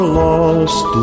lost